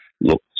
look